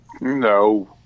No